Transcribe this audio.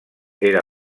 era